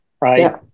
right